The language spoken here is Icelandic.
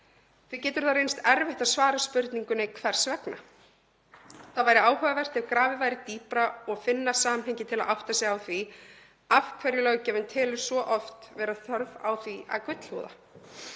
Því getur reynst erfitt að svara spurningunni um hvers vegna. Það væri áhugavert ef grafið væri dýpra og fundið samhengi til að átta sig á því af hverju löggjafinn telur svo oft vera þörf á því að gullhúða.